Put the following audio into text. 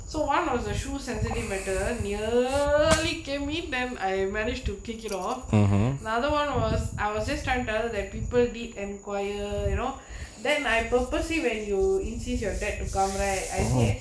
so one was the shoe sensitive matter nearly gave me done I manage to kick it off an other one was I was this time tell that people did and choir you know then I purposely when you insists your dad to come right I say at